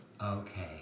Okay